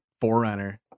forerunner